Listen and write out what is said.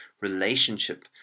relationship